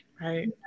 Right